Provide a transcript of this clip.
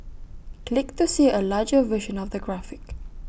click to see A larger version of the graphic